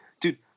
Dude